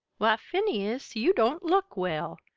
why, phineas, you don't look well!